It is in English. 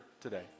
today